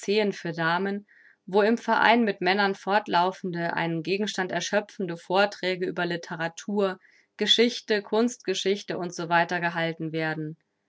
für damen wo im verein mit männern fortlaufende einen gegenstand erschöpfende vorträge über literatur geschichte kunstgeschichte u s w gehalten werden